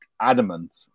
adamant